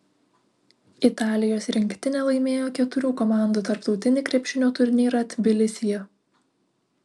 italijos rinktinė laimėjo keturių komandų tarptautinį krepšinio turnyrą tbilisyje